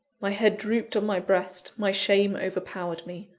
my head drooped on my breast my shame overpowered me.